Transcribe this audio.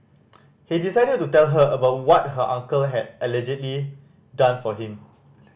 he decided to tell her about what her uncle had allegedly done for him